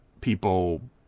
people